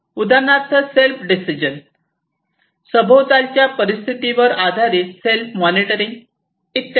उदाहरणार्थ self decision सभोवतालच्या परिस्थितीवर आधारित सेल्फ मॉनिटरिंग इत्यादी